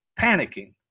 panicking